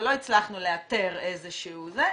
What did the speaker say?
ולא הצלחנו לאתר איזשהו סם,